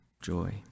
joy